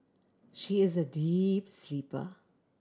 she is a deep sleeper